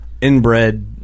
inbred